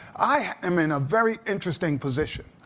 i am in a very interesting position.